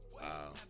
Wow